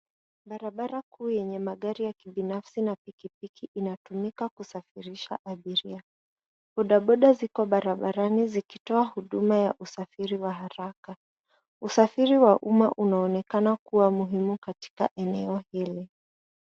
Barabara kuu yenye magari ya kibinafsi na pikipiki inatumika kusafirisha abiria. Bodaboda ziko barabarani zikitoa huduma ya usafiri wa haraka. Usafiri wa umma unaonekana kuwa muhimu katika eneo hili.